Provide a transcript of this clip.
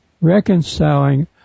reconciling